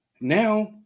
Now